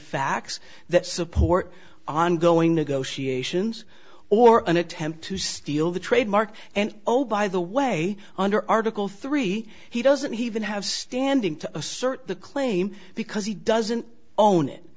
facts that support ongoing negotiations or an attempt to steal the trademark and oh by the way under article three he doesn't even have standing to assert the claim because he doesn't own it